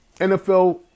NFL